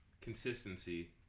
consistency